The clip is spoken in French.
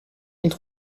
mille